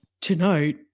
Tonight